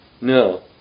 no